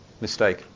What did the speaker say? mistake